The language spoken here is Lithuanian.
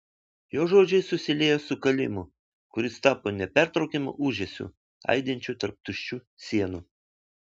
jo žodžiai susiliejo su kalimu kuris tapo nepertraukiamu ūžesiu aidinčiu tarp tuščių sienų